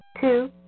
Two